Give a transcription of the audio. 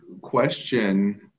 question